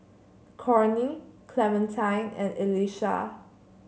Cornie Clementine and Elisha